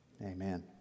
Amen